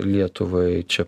lietuvai čia